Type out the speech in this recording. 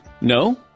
No